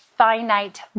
finite